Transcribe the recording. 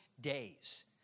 days